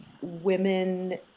women